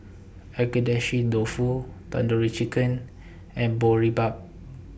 Agedashi Dofu Tandoori Chicken and Boribap